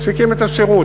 מפסיקים את השירות,